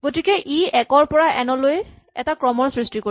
গতিকে ই একৰ পৰা এন লৈ এটা ক্ৰমৰ সৃষ্টি কৰিব